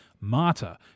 Marta